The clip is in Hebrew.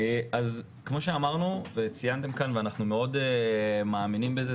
כמו שאמרנו וציינתם כאן ואנחנו מאוד מאמינים בזה,